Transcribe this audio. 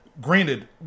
Granted